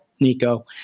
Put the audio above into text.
nico